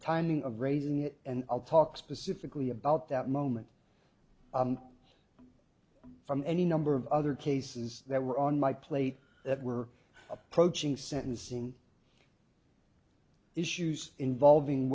timing of raising it and i'll talk specifically about that moment from any number of other cases that were on my plate that were approaching sentencing issues involving